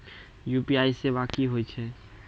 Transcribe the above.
UPI सेवा की होय छै?